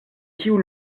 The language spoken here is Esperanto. kiu